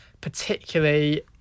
Particularly